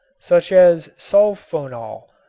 such as sulphonal,